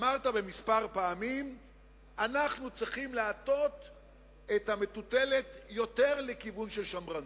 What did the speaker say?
אמרת כמה פעמים שאנחנו צריכים להטות את המטוטלת יותר לכיוון של שמרנות,